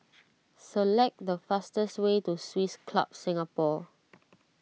select the fastest way to Swiss Club Singapore